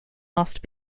must